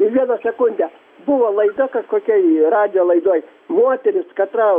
vieną sekundę buvo laida kažkokioj radijo laidoj moteris katrą